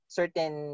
certain